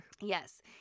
Yes